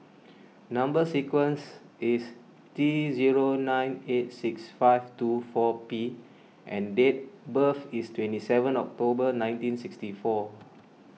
Number Sequence is T zero nine eight six five two four P and date birth is twenty seven October nineteen sixty four